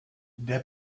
der